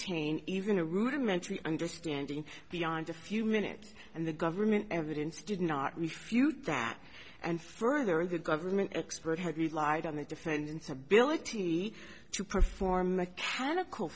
retain even a rudimentary understanding beyond a few minutes and the government evidence did not refute that and further the government expert had relied on the defendant's ability to perform mechanical